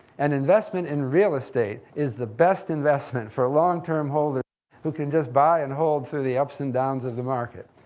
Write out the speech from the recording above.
an investment in real estate is the best investment for a long-term holder who can just buy and hold through the ups and downs of the market?